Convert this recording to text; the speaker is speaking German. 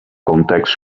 kontext